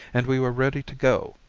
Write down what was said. and we were ready to go.